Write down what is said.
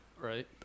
Right